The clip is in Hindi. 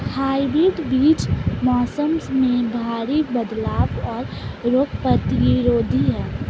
हाइब्रिड बीज मौसम में भारी बदलाव और रोग प्रतिरोधी हैं